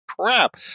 crap